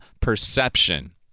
perception